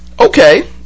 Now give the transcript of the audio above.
okay